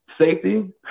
safety